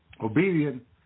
Obedient